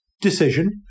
decision